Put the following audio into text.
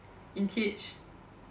in T_H